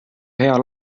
hea